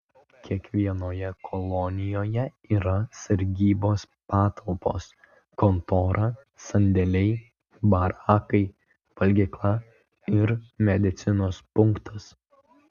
kiekvienoje kolonijoje yra sargybos patalpos kontora sandėliai barakai valgykla ir medicinos punktas